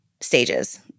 stages